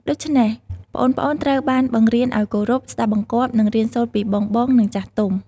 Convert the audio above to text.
ដូច្នេះ ប្អូនៗត្រូវបានបង្រៀនឱ្យគោរព ស្ដាប់បង្គាប់ និងរៀនសូត្រពីបងៗ និងចាស់ទុំ។